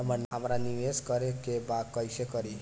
हमरा निवेश करे के बा कईसे करी?